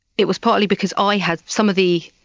it was partly because i had some of the,